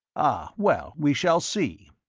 ah, well, we shall see.